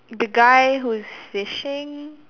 the guy who is fishing